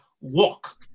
walk